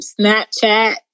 Snapchat